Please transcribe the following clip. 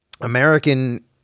American